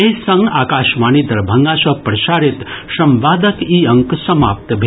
एहि संग आकाशवाणी दरभंगा सँ प्रसारित संवादक ई अंक समाप्त भेल